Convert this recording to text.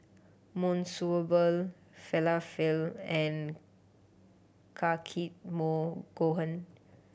Monsunabe Falafel and Takikomi Gohan